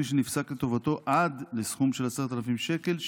שנפסק לטובתו עד לסכום של 10,000 שקל,